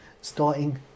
starting